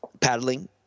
paddling